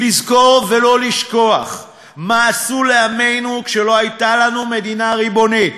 לזכור ולא לשכוח מה עשו לעמנו כשלא הייתה לנו מדינה ריבונית,